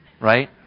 Right